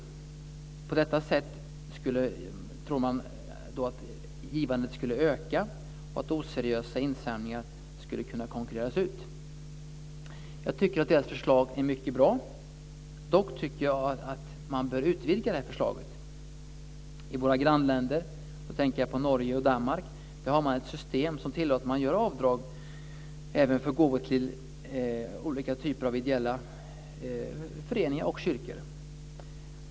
På detta sätt skulle givandet öka och oseriösa insamlingar kunna konkurreras ut. Jag tycker att deras förslag är mycket bra. Dock tycker jag att man bör utvidga förslaget. I våra grannländer Norge och Danmark har man ett system som tillåter avdrag även för gåvor till olika typer av ideella föreningar och kyrkor.